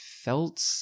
felt